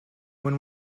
when